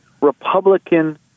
Republican